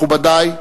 מכובדי,